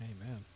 Amen